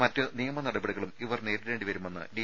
മറ്റ് നിയമ നടപടികളും ഇവർ നേരിടേണ്ടിവരുമെന്ന് ഡി